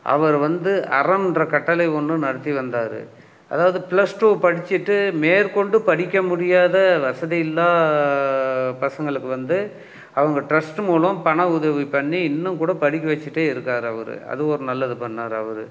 அவர் வந்து அறம்ன்ற கட்டளை ஒன்று நடத்தி வந்தார் அதாவது பிளஸ் டூ படிச்சிவிட்டு மேற்கொண்டு படிக்க முடியாத வசதியில்லா பசங்களுக்கு வந்து அவங்க டிரஸ்ட்டு மூலம் பண உதவி பண்ணி இன்னும் கூட படிக்க வச்சிட்டே இருக்கார் அவரு அது ஒரு நல்லது பண்ணாரு அவரு